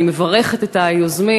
אני מברכת את היוזמים,